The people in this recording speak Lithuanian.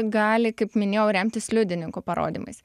gali kaip minėjau remtis liudininkų parodymais